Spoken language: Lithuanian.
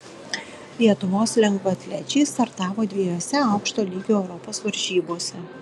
lietuvos lengvaatlečiai startavo dviejose aukšto lygio europos varžybose